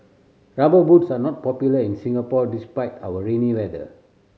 Rubber Boots are not popular in Singapore despite our rainy weather